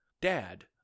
Dad